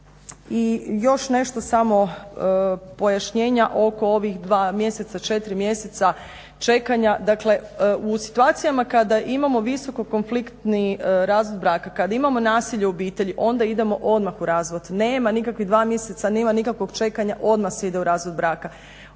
I još nešto samo pojašnjenja oko ovih dva mjeseca, četiri mjeseca čekanja. Dakle u situacijama kada imamo visoko konfliktni razvod braka, kad imamo nasilje u obitelji onda idemo odmah u razvod, nema nikakvih dva mjeseca, nema nikakvog čekanja, odmah se ide u razvod braka.